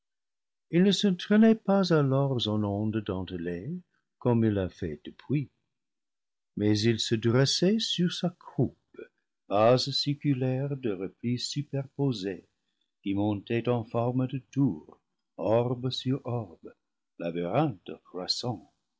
il ne se traînait pas alors en ondes dentelées comme il a fait depuis mais il se dressait sur sa croupe base circulaire de replis superposés qui montaient en forme de tour orbe sur orbe labyrinthe croissant